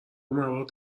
مواد